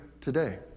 today